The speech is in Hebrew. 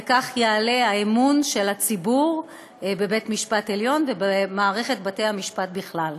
וכך יעלה האמון של הציבור בבית משפט עליון ובמערכת בתי המשפט בכלל.